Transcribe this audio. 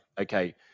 okay